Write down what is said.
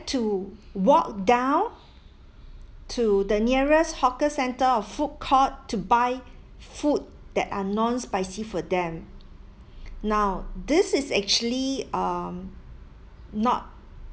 to walk down to the nearest hawker centre or food court to buy food that are non-spicy for them now this is actually um not